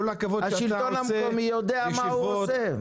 השלטון המקומי יודע מה הוא עושה.